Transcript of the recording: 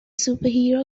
superhero